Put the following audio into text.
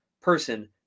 person